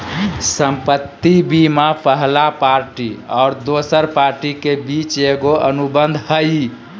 संपत्ति बीमा पहला पार्टी और दोसर पार्टी के बीच एगो अनुबंध हइ